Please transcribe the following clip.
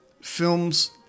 films